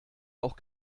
auch